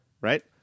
right